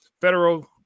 federal